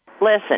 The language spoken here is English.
listen